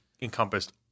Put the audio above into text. encompassed